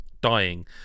dying